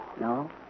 No